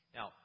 Now